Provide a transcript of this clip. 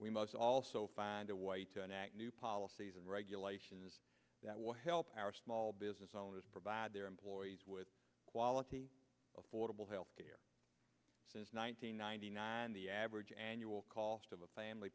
we must also find a way to enact new policies and regulations that will help our small business owners provide their employees with quality affordable health care since nine hundred ninety nine the average annual cost of a family